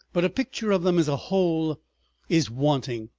but a picture of them as a whole is wanting.